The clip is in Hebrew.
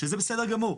שזה בסדר גמור.